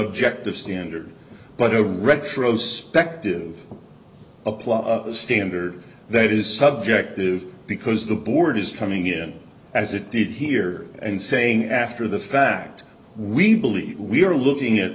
objective standard but over retrospectively apply a standard that is subjective because the board is coming in as it did here and saying after the fact we believe we are looking at